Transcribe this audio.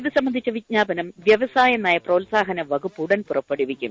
ഇത് സംബന്ധിച്ച വിജ്ഞാപനം വൃവസായ നയ പ്രോത്സാഹന വകുപ്പ് ഉടൻ പുറപ്പെടുവിക്കും